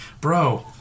bro